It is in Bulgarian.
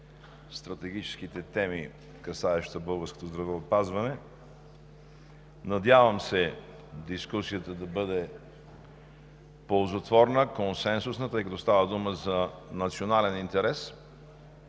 най-стратегическите теми, касаеща българското здравеопазване. Надявам се дискусията да бъде ползотворна, консенсусна, тъй като става дума за национален интерес,